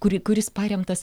kuri kuris paremtas